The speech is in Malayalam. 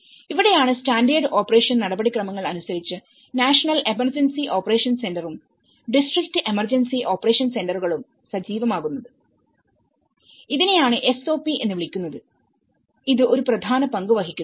ഇവിടെയാണ് സ്റ്റാൻഡേർഡ് ഓപ്പറേഷൻ നടപടിക്രമങ്ങൾ അനുസരിച്ച് നാഷണൽ എമർജൻസി ഓപ്പറേഷൻ സെന്ററും ഡിസ്ട്രിക്ട് എമർജൻസി ഓപ്പറേഷൻ സെന്ററുകളും സജീവമാകുന്നത് ഇതിനെയാണ് SOP എന്ന് വിളിക്കുന്നത്ഇത് ഒരു പ്രധാന പങ്ക് വഹിക്കുന്നു